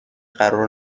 قرار